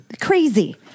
Crazy